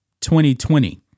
2020